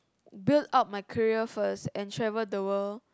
build up my career first and travel the world